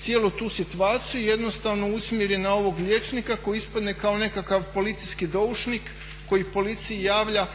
cijelu tu situaciju jednostavno usmjeri na ovog liječnika koji ispadne kao nekakav policijski doušnik koji policiji javlja